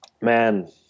Man